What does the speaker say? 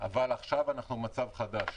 אבל עכשיו אנחנו במצב חדש.